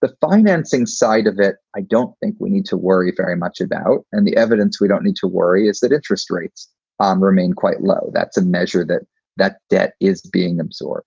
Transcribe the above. the financing side of it, i don't think we need to worry very much about and the evidence. we don't need to worry is that interest rates um remain quite low. that's a measure that that debt is being absorbed.